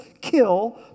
kill